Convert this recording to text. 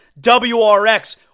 WRX